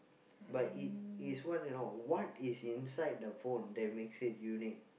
but it is what you know what is inside the phone that makes it unique